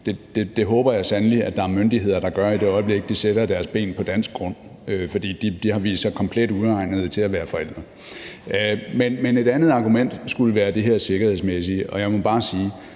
Det håber jeg sandelig at der er myndigheder der gør, i det øjeblik de sætter deres ben på dansk grund, for de har vist sig komplet uegnede til at være forældre. Men et andet argument skulle være det her sikkerhedsmæssige, og jeg må bare sige: